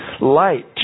Light